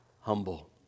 humble